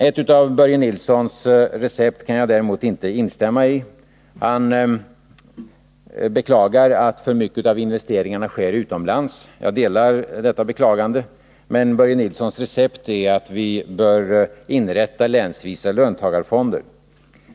Ett av Börje Nilssons recept kan jag däremot inte instämma i. Han beklagar att för mycket av investeringarna sker utomlands. Jag delar detta beklagande, men Börje Nilssons recept är att man bör inrätta länsvisa löntagarfonder.